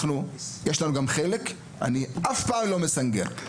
אני אף פעם לא מסנגר,